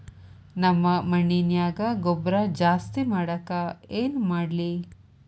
ನಮ್ಮ ಮಣ್ಣಿನ್ಯಾಗ ಗೊಬ್ರಾ ಜಾಸ್ತಿ ಮಾಡಾಕ ಏನ್ ಮಾಡ್ಲಿ?